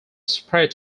spread